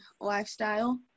lifestyle